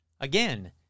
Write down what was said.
Again